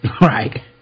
right